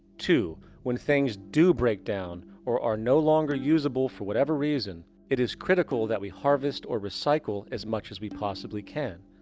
two when things do break down, or are no longer usable for whatever reason, it is critical that we harvest, or recycle as much as we possibly can.